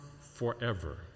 forever